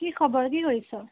কি খবৰ কি কৰিছ